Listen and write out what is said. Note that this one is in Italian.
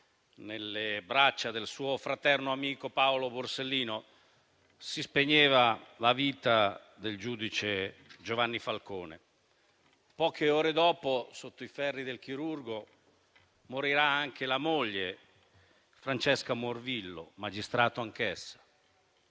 le braccia del suo fraterno amico Paolo Borsellino, si spegneva la vita del giudice Giovanni Falcone. Poche ore dopo, sotto i ferri del chirurgo, morirà anche la moglie Francesca Morvillo, magistrato anch'essa.